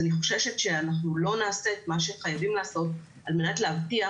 אז אני חוששת שאנחנו לא נעשה את מה שחייבים לעשות על מנת להבטיח